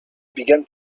begun